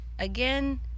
Again